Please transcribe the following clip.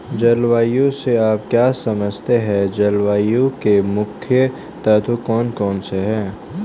जलवायु से आप क्या समझते हैं जलवायु के मुख्य तत्व कौन कौन से हैं?